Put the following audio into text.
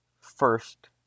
first